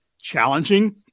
challenging